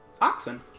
Oxen